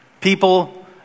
People